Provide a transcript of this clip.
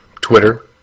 Twitter